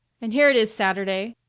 and here it is saturday,